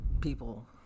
people